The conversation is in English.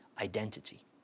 identity